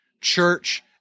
Church